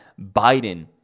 Biden